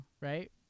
right